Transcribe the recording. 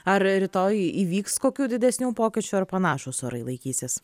ar rytoj įvyks kokių didesnių pokyčių ar panašūs orai laikysis